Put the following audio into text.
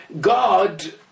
God